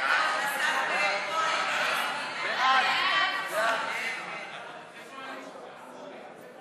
גביית עמלה בעסקה שבוצעה